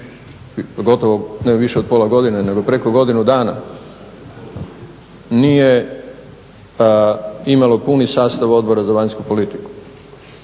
gotovo ne više od pola godine nego preko godinu nije imalo puni sastav odbora za vanjsku politiku